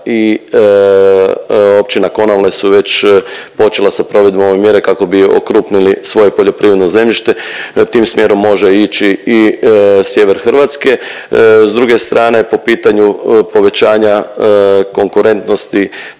i Općina Konavle su već počele sa provedbom ove mjere kako bi okrupnili svoje poljoprivredno zemljište, tim smjerom može ići i sjever Hrvatske. S druge strane, po pitanju povećanja konkurentnosti